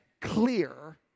clear